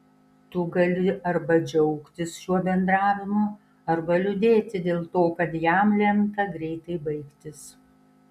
tu gali arba džiaugtis šiuo bendravimu arba liūdėti dėl to kad jam lemta greitai baigtis